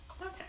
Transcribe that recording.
Okay